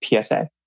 PSA